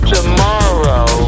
Tomorrow